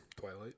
Twilight